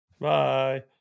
bye